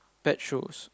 pet shows